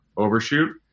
Overshoot